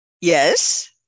Yes